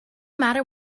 matter